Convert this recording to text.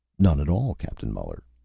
none at all, captain muller,